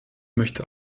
möchte